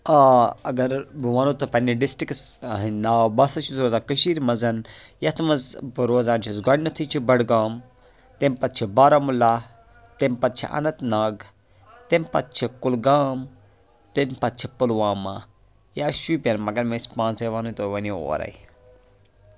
آ اگر بہٕ وَنو تۄہہِ پَننہِ ڈِسٹرٕکٕس ہندۍ ناو بہٕ ہَسا چھُس روزان کٔشیٖر مَنٛز یَتھ منٛز بہٕ روزان چھُس گۄڈٕنٮ۪تھٕے چھُ بڈگام تَمہِ پَتہٕ چھُ بارہمولہ تَمہِ پَتہٕ چھُ اَننت ناگ تَمہِ پَتہٕ چھُ کُلگام تَمہِ پَتہٕ چھُ پُلوامہ یا شُپین مگر مےٚ ٲسۍ پانٛژے ونٕنۍ تِم وونِم اورے